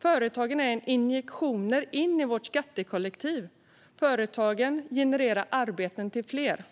Företagen är injektioner in i vårt skattekollektiv. Företagen genererar arbeten till fler.